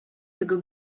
tego